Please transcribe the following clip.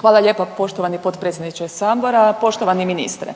Hvala lijepo poštovani potpredsjedniče sabora. Poštovani ministre,